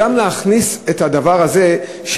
תכניס גם את הדבר הזה,